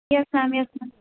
yes ma'am yes ma'am